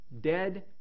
dead